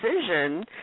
decision